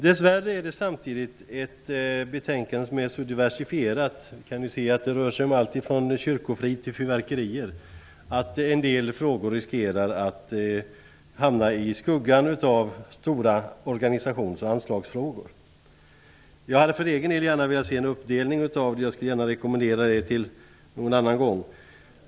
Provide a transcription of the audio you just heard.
Dess värre är det samtidigt ett betänkande, som är så diversifierat -- det rör sig om allt från kyrkofrid till fyrverkerier -- att en del frågor riskerar att hamna i skuggan av stora organisations och anslagsfrågor. Jag hade för egen del gärna velat se en uppdelning av frågorna, och jag rekommenderar det till nästa gång.